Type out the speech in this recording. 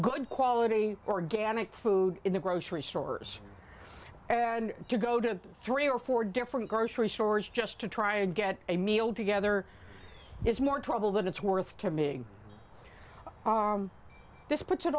good quality organic food in the grocery store to go to three or four different grocery stores just to try and get a meal together is more trouble than it's worth to me this puts it